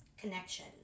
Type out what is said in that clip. Connection